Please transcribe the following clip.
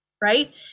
right